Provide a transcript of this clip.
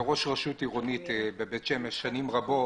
כראש רשות עירונית בבית שמש שנים רבות,